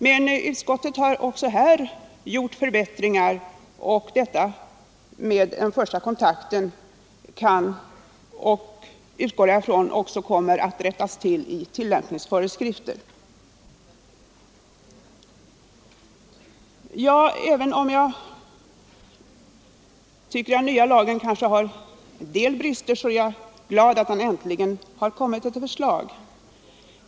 Men utskottet har också här gjort förbättringar, och jag utgår från att detta med den första kontakten kommer att rättas till i tillämpningsföreskrifter. Även om jag tycker att den nya lagen har en del brister är jag glad över att vi äntligen har fått ett lagförslag.